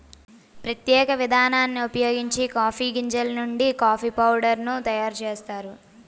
ప్రత్యేక విధానాన్ని ఉపయోగించి కాఫీ గింజలు నుండి కాఫీ పౌడర్ ను తయారు చేస్తారు